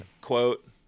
quote